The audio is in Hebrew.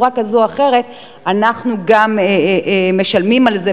בצורה כזו או אחרת אנחנו גם משלמים על זה